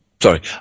sorry